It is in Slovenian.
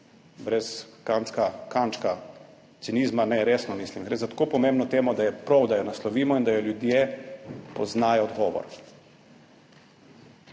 brez kančka cinizma. Resno mislim. Gre za tako pomembno temo, da je prav, da jo naslovimo in da ljudje poznajo odgovor.